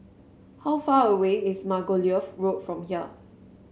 how far away is Margoliouth Road from here